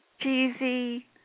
cheesy